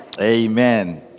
Amen